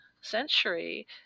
century